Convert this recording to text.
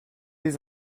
les